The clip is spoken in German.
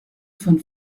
von